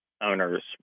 owners